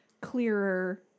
clearer